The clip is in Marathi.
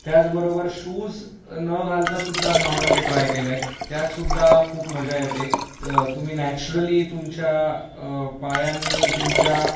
त्याचबरोबर शूज न घालता सुद्धा धावणं मी ट्राय केलंय त्यातसुद्धा खूप मजा येते तुम्ही नॅचरली तुमच्या पायांनी तुमच्या